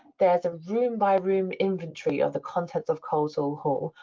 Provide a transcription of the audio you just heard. there's a room-by-room inventory of the contents of coleshill hall,